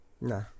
Nah